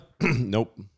Nope